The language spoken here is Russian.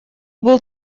был